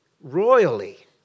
royally